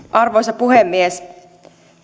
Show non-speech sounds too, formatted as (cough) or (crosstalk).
(unintelligible) arvoisa puhemies